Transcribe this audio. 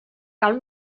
cal